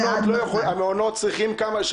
המעונות צריכים כמה?